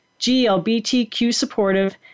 GLBTQ-supportive